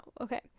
okay